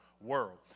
world